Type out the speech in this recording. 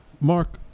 Mark